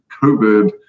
COVID